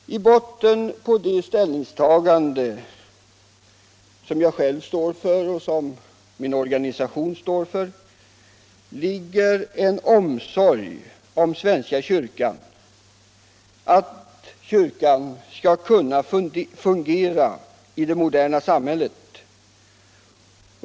Till grund för det ställningstagande som jag själv och min organisation står för ligger en omsorg om svenska kyrkan. Vi vill att kyrkan skall kunna fungera i det moderna samhället.